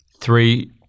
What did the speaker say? three